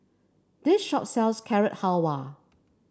this shop sells Carrot Halwa